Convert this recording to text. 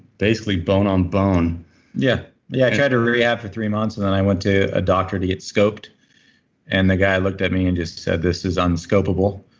basically bone on bone yeah, i i tried to rehab for three months and then i went to a doctor to get scoped and the guy looked at me and just said, this is unscopeable.